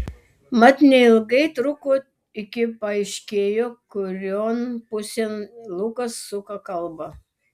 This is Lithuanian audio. mat neilgai truko iki paaiškėjo kurion pusėn lukas suka kalbą